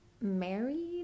married